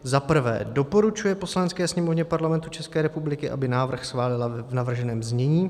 I. doporučuje Poslanecké sněmovně Parlamentu České republiky, aby návrh schválila v navrženém znění;